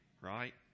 right